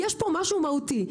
יש פה משהו מהותי.